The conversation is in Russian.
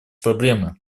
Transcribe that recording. проблемы